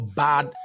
bad